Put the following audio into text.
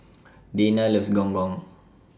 Dayna loves Gong Gong